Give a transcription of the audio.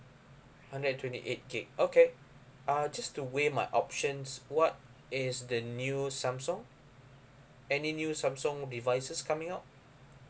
hundred and twenty eight gig okay uh just to weigh my options what is the new samsung any new samsung devices coming out